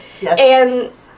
Yes